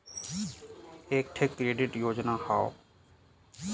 एक ठे क्रेडिट योजना हौ